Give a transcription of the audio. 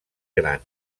gran